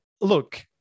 look